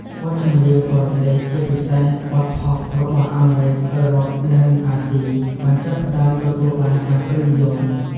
បទចម្រៀងបរទេស ជាពិសេសបទផប់ របស់អាមេរិក អឺរ៉ុប និងអាស៊ី បានចាប់ផ្ដើមទទួលបានការពេញនិយម។